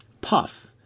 Puff